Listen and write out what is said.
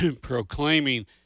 proclaiming